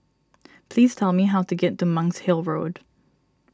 please tell me how to get to Monk's Hill Road